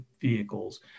vehicles